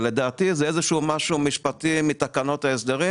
ולדעתי זה איזה שהוא משהו משפטי מתקנות ההסדרים